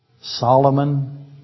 Solomon